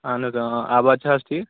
اہن حظ اۭں اۭں آباد چھِ حظ ٹھیٖک